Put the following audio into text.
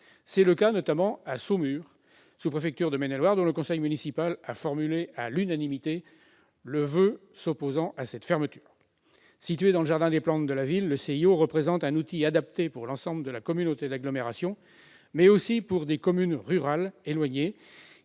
C'est le cas notamment à Saumur, sous-préfecture de Maine-et-Loire, dont le conseil municipal a formulé à l'unanimité le voeu de voir la fermeture du centre annulée. Situé au sein du jardin des plantes de la ville, le CIO représente un outil adapté non seulement pour l'ensemble de la communauté d'agglomération, mais aussi pour des communes rurales plus éloignées